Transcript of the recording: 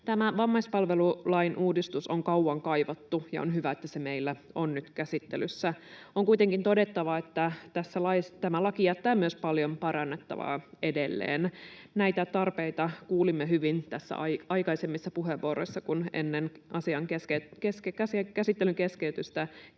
Tämä vammaispalvelulain uudistus on kauan kaivattu, ja on hyvä, että se meillä on nyt käsittelyssä. On kuitenkin todettava, että tämä laki jättää myös paljon parannettavaa edelleen. Näitä tarpeita kuulimme hyvin aikaisemmissa puheenvuoroissa, kun ennen käsittelyn keskeytystä siitä